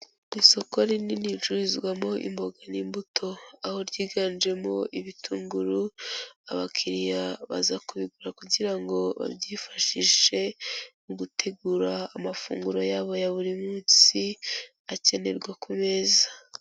Isoko rinini ricururizwamo imboga n'imbuto, aho ryiganjemo ibitunguru abakiriya baza kubigura kugira ngo babyifashishe mu gutegura amafunguro yabo ya buri munsi akenerwa ku meza.